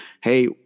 hey